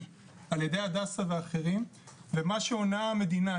על ידי הדסה ואחרים ומה שעונה המדינה,